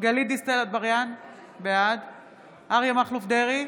גלית דיסטל אטבריאן, בעד אריה מכלוף דרעי,